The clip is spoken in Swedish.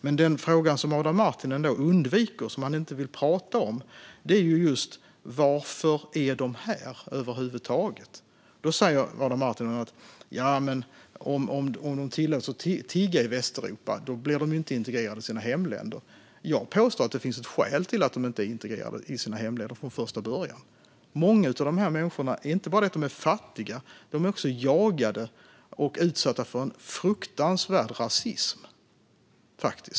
Men det är en fråga som Adam Marttinen undviker, som han inte vill prata om: Varför är de över huvud taget här? Adam Marttinen säger: Ja, men om de tillåts att tigga i Västeuropa blir de inte integrerade i sina hemländer. Jag påstår att det finns ett skäl till att de inte är integrerade i sina hemländer från första början. Många av dessa människor är inte bara fattiga. De är också jagade och utsatta för en fruktansvärd rasism.